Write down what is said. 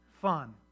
fun